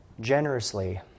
generously